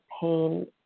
pain